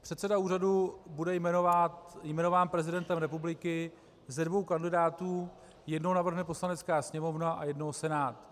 Předseda úřadu bude jmenován prezidentem republiky ze dvou kandidátů jednoho navrhne Poslanecká sněmovna a jednoho Senát.